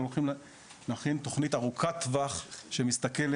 אבל אנחנו הולכים להכין תכנית ארוכת טווח שמסתכלת